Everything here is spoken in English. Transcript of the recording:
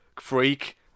freak